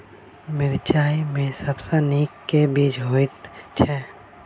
मिर्चा मे सबसँ नीक केँ बीज होइत छै?